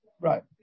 right